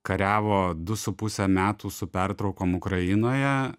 kariavo du su puse metų su pertraukom ukrainoje